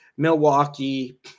Milwaukee